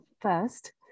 first